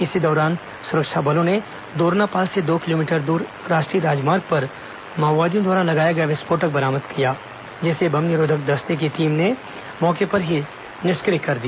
इसी दौरान सुरक्षा बलों ने दोरनापाल से दो किलोमीटर दूर राष्ट्रीय राजमार्ग पर माओवादियों द्वारा लगाया गया विस्फोटक बरामद किया जिसे बम निरोधक दस्ते की टीम ने मौके पर ही निष्क्रिय कर दिया